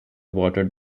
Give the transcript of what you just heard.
watered